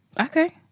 Okay